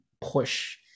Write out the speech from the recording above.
push